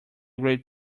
great